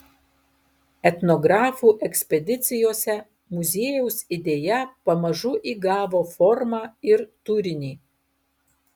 etnografų ekspedicijose muziejaus idėja pamažu įgavo formą ir turinį